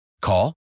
Call